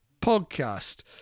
podcast